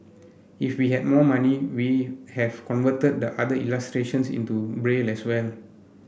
if we had more money we have converted the other illustrations into Braille as well